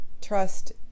trust